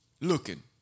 looking